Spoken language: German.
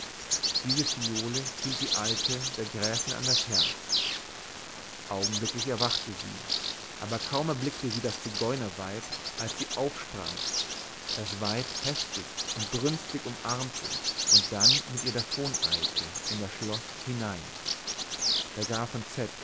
diese phiole hielt die alte der gräfin an das herz augenblicklich erwachte sie aber kaum erblickte sie das zigeunerweib als sie aufsprang das weib heftig und brünstig umarmte und dann mit ihr davoneilte in das schloß hinein der graf von